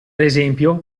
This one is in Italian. esempio